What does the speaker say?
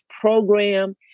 program